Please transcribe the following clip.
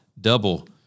double